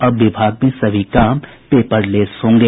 अब विभाग में सभी काम पेपरलेस होंगे